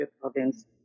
Province